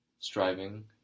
striving